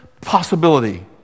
possibility